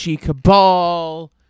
Cabal